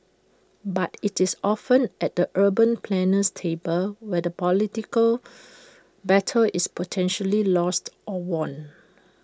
but IT is often at the urban planner's table where the political battle is potentially lost or won